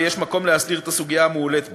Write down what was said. ויש מקום להסדיר את הסוגיה המועלית בה,